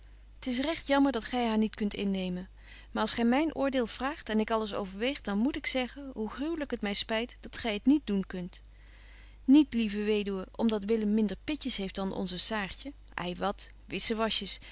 t is recht jammer dat gy haar niet kunt innemen maar als gy myn oordeel vraagt en ik alles overweeg dan moet ik zeggen hoe gruwelyk het my spyt dat gy het niet doen kunt niet betje wolff en aagje deken historie van mejuffrouw sara burgerhart lieve weduwe om dat willem minder pitjes heeft dan onze saartje ei wat